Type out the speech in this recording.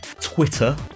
Twitter